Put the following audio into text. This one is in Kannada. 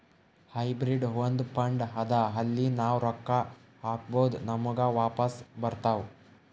ಹೈಬ್ರಿಡ್ ಒಂದ್ ಫಂಡ್ ಅದಾ ಅಲ್ಲಿ ನಾವ್ ರೊಕ್ಕಾ ಹಾಕ್ಬೋದ್ ನಮುಗ ವಾಪಸ್ ಬರ್ತಾವ್